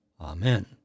Amen